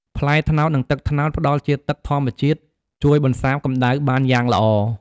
ផ្លែត្នោតនិងទឹកត្នោត ផ្តល់ជាតិទឹកធម្មជាតិ ជួយបន្សាបកម្ដៅបានយ៉ាងល្អ។